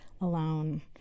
alone